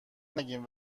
نگیم